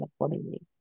accordingly